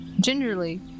gingerly